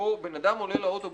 שבו בן אדם עולה לאוטובוס,